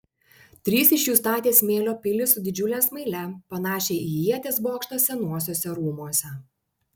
trys iš jų statė smėlio pilį su didžiule smaile panašią į ieties bokštą senuosiuose rūmuose